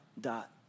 dot